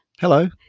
Hello